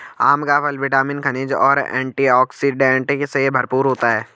आम का फल विटामिन, खनिज और एंटीऑक्सीडेंट से भरपूर होता है